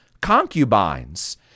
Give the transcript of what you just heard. concubines